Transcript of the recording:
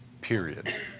Period